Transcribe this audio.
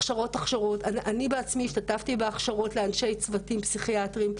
אני בעצמי השתתפתי בהכשרות לאנשי צוותים פסיכיאטריים,